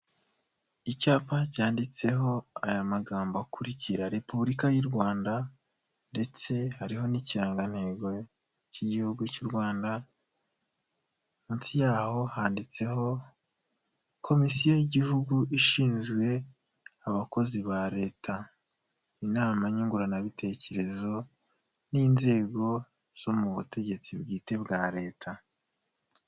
Icyapa cyanditseho aya magambo akurikira; repubulika y'u Rwanda ndetse hariho n'iikirangantego cy'igihugu cy'u Rwanda, munsi yaho handitseho komisiyo y' igihugu ishinzwe abakozi ba leta, inama nyunguranabitekerezo n'inzego zo mu butegetsi bwite bwa leta.